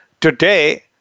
today